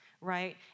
right